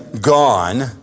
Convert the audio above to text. gone